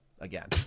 again